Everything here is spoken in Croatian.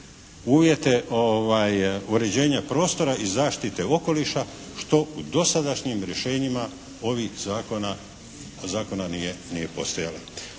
uvjete uređenja prostora i zaštite okoliša što u dosadašnjim rješenjima ovih zakona nije postojala.